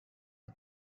the